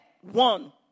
one